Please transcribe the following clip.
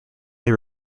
they